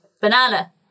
Banana